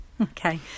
Okay